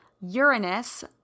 Uranus